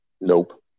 Nope